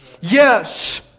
Yes